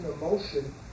emotion